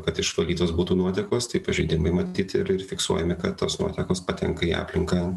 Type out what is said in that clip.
kad išvalytos būtų nuotekos tai pažeidimai matyt ir ir fiksuojami kad tos nuotekos patenka į aplinką